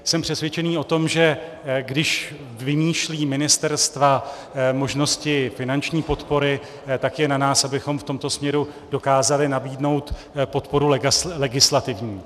Jsem přesvědčený o tom, že když vymýšlí ministerstva možnosti finanční podpory, tak je na nás, abychom v tomto směru dokázali nabídnout podporu legislativní.